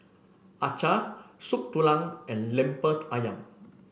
Acar Soup Tulang and Lemper ayam